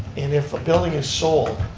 and if a building is sold,